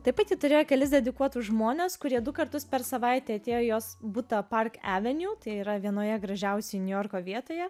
taip pat ji turėjo kelis dedikuotus žmones kurie du kartus per savaitę atėjo į jos butą park aveniu tai yra vienoje gražiausių niujorko vietoje